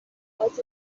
عملکرد